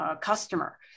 customer